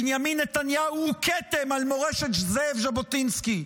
בנימין נתניהו הוא כתם על מורשת זאב ז'בוטינסקי,